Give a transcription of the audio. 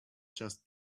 just